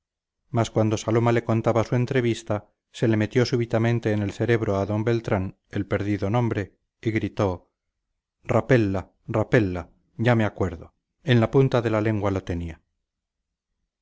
mas cuando saloma le contaba su entrevista se le metió súbitamente en el cerebro a d beltrán el perdido nombre y gritó rapella rapella ya me acuerdo en la punta de la lengua lo tenía